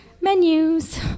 Menus